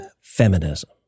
feminism